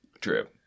True